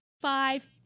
five